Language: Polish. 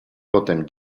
potem